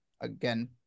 again